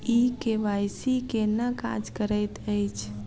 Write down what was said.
ई KYC केना काज करैत अछि?